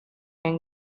and